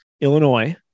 Illinois